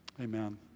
Amen